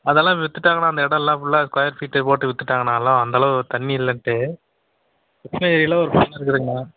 அதெல்லாம் விற்றுட்டாங்கண்ணா அந்த இடோலாம் ஃபுல்லாக ஸ்கொயர் ஃபீட்டு போட்டு விற்றுட்டாங்கண்ணா அதெல்லாம் அந்த அளவு தண்ணி இல்லைன்ட்டு கிருஷ்ணகிரியில் ஒரு இருக்குதுங்கண்ணா